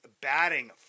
batting